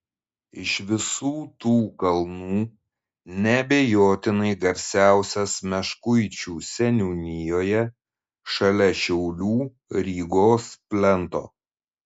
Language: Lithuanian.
iš visų tų kalnų neabejotinai garsiausias meškuičių seniūnijoje šalia šiaulių rygos plento